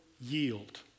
yield